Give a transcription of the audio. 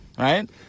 Right